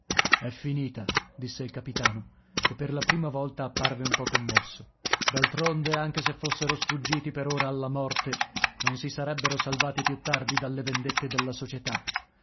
è finita disse il capitano che per la prima volta apparve un po commosso d'altronde anche se fossero sfuggiti per ora alla morte non si sarebbero salvati più tardi dalle vendette della società